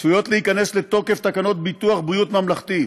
צפויות להיכנס לתוקף תקנות ביטוח בריאות ממלכתי.